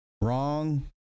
wrong